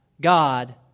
God